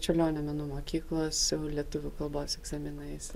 čiurlionio menų mokyklos lietuvių kalbos egzaminais